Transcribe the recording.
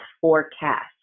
forecast